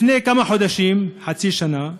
לפני כמה חודשים, חצי שנה,